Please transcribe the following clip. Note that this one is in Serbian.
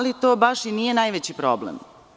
To baš i nije najveći problem.